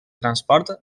transport